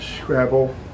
scrabble